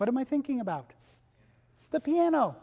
what am i thinking about the piano